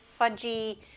fudgy